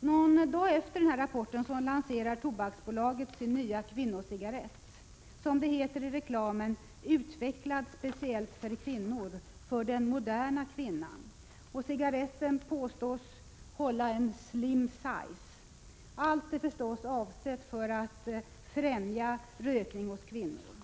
Någon dag efter denna rapport lanserar Tobaksbolaget sin nya kvinnocigarett, som det heter i reklamen: ”-—-- utvecklad speciellt för kvinnor”, ”för den moderna kvinnan”. Cigaretten påstås hålla en ”slim size”. Allt är förstås avsett att främja rökning hos kvinnor.